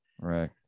right